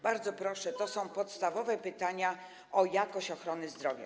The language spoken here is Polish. Bardzo proszę, to są podstawowe pytania o jakość ochrony zdrowia.